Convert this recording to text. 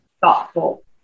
thoughtful